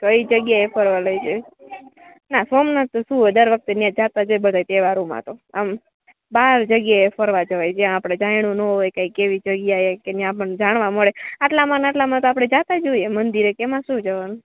કઈ જગ્યાએ ફરવા લઈ જઈશ ના સોમનાથ તો શું હવે દર વખતે ત્યાં જતા જ હોય બધા તહેવારોમાં તો આમ બહાર જગ્યાએ ફરવા જવાય જ્યાં આપણે જાણ્યું ના હોય કંઈક એવી જગ્યા એ કે ત્યાં આપણને જાણવા મળે આટલામાંને આટલામાં તો આપણે જતા જ હોઈએ મંદીરે એમાં શું જવાનું